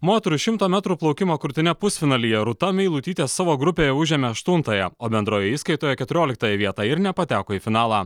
moterų šimto metrų plaukimo krūtine pusfinalyje rūta meilutytė savo grupėje užėmė aštuntąją o bendroje įskaitoje keturioliktąją vietą ir nepateko į finalą